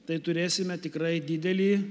tai turėsime tikrai didelį